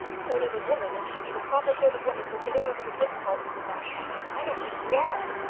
so does a woman if she be the proper sort of woman for getting over her difficulties of that kind. i don't think you are.